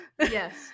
Yes